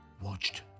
watched